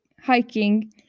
hiking